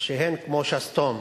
שהן כמו שסתום,